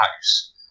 house